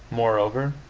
moreover,